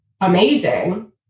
amazing